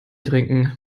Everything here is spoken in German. trinken